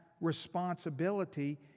responsibility